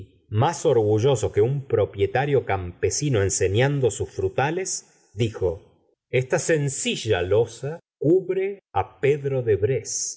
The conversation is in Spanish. más orgulloso que un propietario campesino ensenando sus frutales dijo esta sencilla losa cubre á pedro de breze